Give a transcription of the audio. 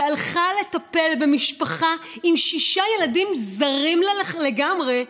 והלכה לטפל במשפחה עם שישה ילדים זרים לה לגמרי,